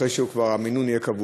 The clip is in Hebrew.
אחרי שהמינון כבר יהיה קבוע.